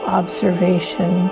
observation